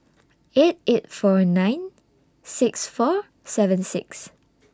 eight eight four nine six four seven six